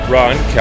Ron